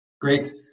Great